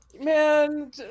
man